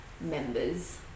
members